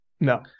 No